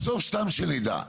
בסוף סתם שנדע,